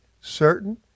certain